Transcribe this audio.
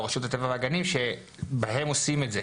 של רשות הטבע והגנים שבהם עושים את זה.